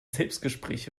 selbstgespräche